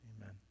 Amen